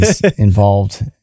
involved